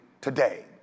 today